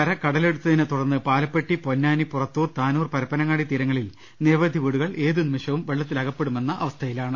കര കടലെടുത്തിനെത്തുടർന്ന് പാലപ്പെട്ടി പൊന്നാനി പുറ ത്തൂർ താനൂർ പരപ്പനങ്ങാടി തീരങ്ങളിൽ നിരവധി വീടുകൾ ഏത് നിമി ഷവും വെള്ളത്തിലകപ്പെടുമെന്ന അവസ്ഥയിലാണ്